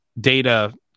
data